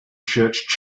church